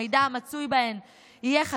המידע המצוי בהן יהיה חסוי,